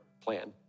plan